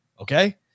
Okay